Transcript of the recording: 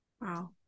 Wow